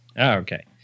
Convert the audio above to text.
Okay